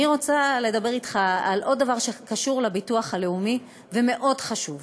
אני רוצה לדבר אתך על עוד דבר שקשור לביטוח הלאומי והוא חשוב מאוד.